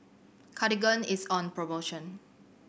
Cartigain is on promotion